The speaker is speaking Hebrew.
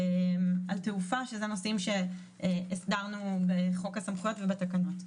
על תעופה שאלה נושאים שהסדרנו בחוק הסמכויות ובתקנות.